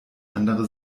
andere